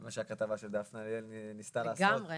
מה שהכתבה של דפנה ליאל ניסתה לעשות זה